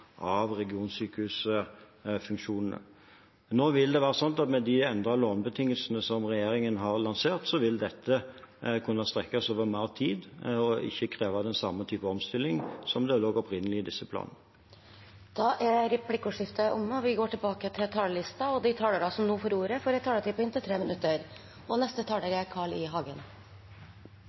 av regionsykehusfunksjonene. Med de endrede lånebetingelsene som regjeringen har lansert, vil dette kunne strekkes over mer tid og ikke kreve den samme typen omstilling som opprinnelig lå i disse planene. Replikkordskiftet er omme. De talere som heretter får ordet, har en taletid på inntil 3 minutter. Like før påske kom det en ny rapport om denne problemstillingen, sykehus i